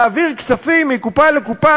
להעביר כספים מקופה לקופה.